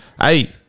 hey